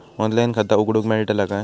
Online खाता उघडूक मेलतला काय?